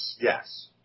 Yes